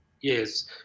yes